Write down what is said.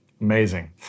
amazing